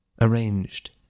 Arranged